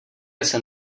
jsem